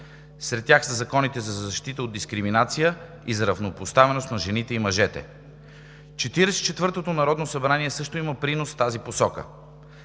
Сред тях са законите за защита от дискриминация и за равнопоставеност на жените и мъжете. Четиридесет и четвъртото народно събрание също има принос в тази посока.